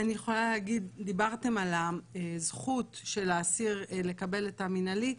דיברתם על הזכות של האסיר לקבל את המינהלי.